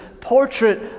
portrait